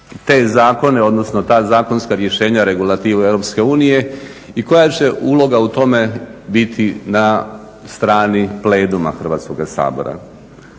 te zakone, odnosno ta zakonska rješenja, regulativu Europske unije i koja će uloga u tome biti na strani pleduma Hrvatskoga sabora.